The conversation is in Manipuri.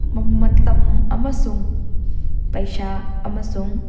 ꯃꯇꯝ ꯑꯃꯁꯨꯡ ꯄꯩꯁꯥ ꯑꯃꯁꯨꯡ